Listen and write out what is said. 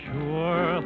Sure